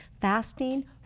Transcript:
fasting